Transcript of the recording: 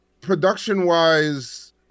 production-wise